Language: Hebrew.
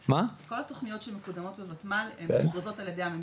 כל התוכניות שמקודמות בוותמ"ל הן מוכרזות על ידי הממשלה.